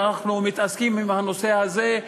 ואנחנו מתעסקים עם הנושא הזה,